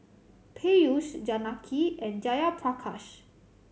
Peyush Janaki and Jayaprakash